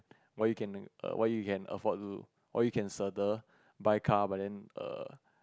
why you can err why you can afford to why you can 舍得: she de buy car but then err